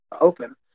open